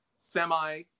semi